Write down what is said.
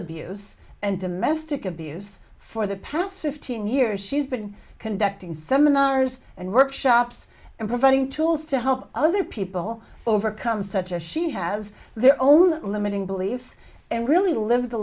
abuse and domestic abuse for the past fifteen years she's been conducting seminars and workshops and providing tools to help other people overcome such as she has their own limiting beliefs and really live the